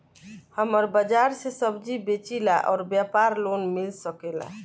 हमर बाजार मे सब्जी बेचिला और व्यापार लोन मिल सकेला?